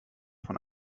von